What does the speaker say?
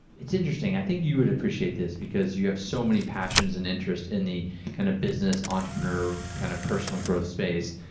it's interesting, i think you would appreciate this because you have so many passions and interests in the kind of business entrepreneurial, kind of personal growth space,